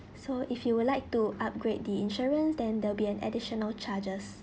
so if you would like to upgrade the insurance then there will be an additional charges